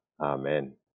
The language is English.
amen